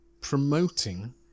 promoting